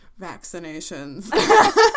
vaccinations